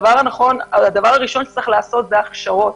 הדבר הראשון שיש לעשות הוא הכשרות,